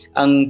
ang